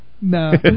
No